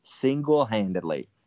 single-handedly